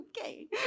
okay